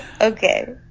Okay